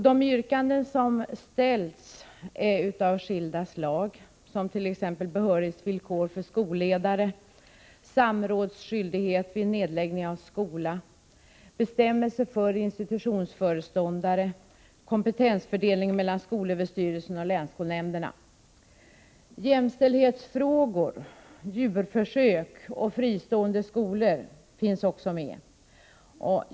De yrkanden som ställs är av skilda slag, t.ex. behörighetsvillkor för skolledare, samrådsskyldighet vid nedläggning av skola, bestämmelser för institutionsföreståndare och kompetensfördelning mellan skolöverstyrelsen och länsskolnämnderna. Jämställdhetsfrågor, djurförsök och fristående skolor finns det också yrkanden om.